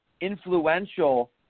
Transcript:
influential